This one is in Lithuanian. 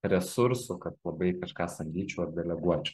resursų kad labai kažką samdyčiau ar deleguočiau